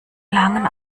langen